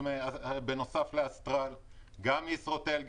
גם ישרוטל,